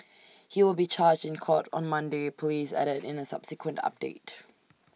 he will be charged in court on Monday Police added in A subsequent update